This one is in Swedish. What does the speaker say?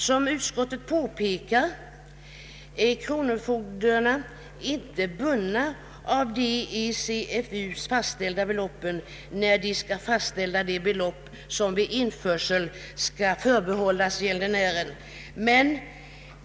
Som utskottet påpekar är kronofogdarna inte bundna av de av CFU uppgjorda normerna vid fastställandet av de belopp som vid införsel skall förbehållas gäldenären.